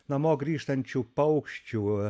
namo grįžtančių paukščių